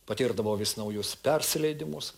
patirdavo vis naujus persileidimus